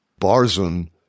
Barzun